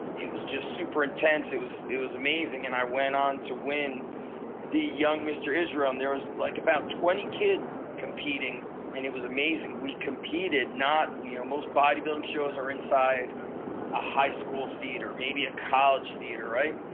it it was just super intense. it was it was amazing and i went on to win the young mr. israel and there was like about twenty kids competing and it was amazing. we competed not, you know how most bodybuilding shows are inside a high-school theater, maybe a college theater right?